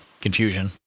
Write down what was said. confusion